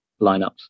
lineups